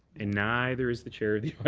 and neither is the chair of the